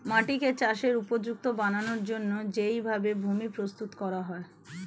মাটিকে চাষের উপযুক্ত বানানোর জন্যে যেই ভাবে ভূমি প্রস্তুত করা হয়